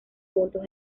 juntos